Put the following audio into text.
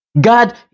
God